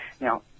now